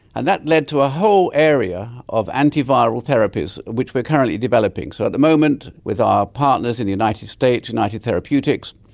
and that led to a whole area of anti-viral therapies, which we are currently developing. so at the moment with our partners in united states, united therapeutics,